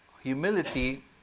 humility